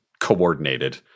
coordinated